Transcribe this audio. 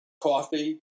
coffee